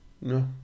No